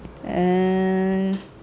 uh